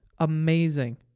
amazing